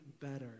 better